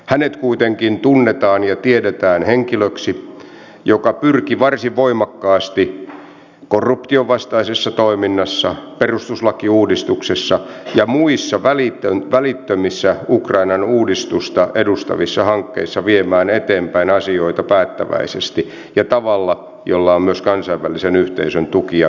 hänet kuitenkin tunnetaan ja tiedetään henkilöksi joka pyrki varsin voimakkaasti korruptionvastaisessa toiminnassa perustuslakiuudistuksessa ja muissa välittömissä ukrainan uudistusta edustavissa hankkeissa viemään eteenpäin asioita päättäväisesti ja tavalla jolla on myös kansainvälisen yhteisön tuki ja ymmärtämys takanaan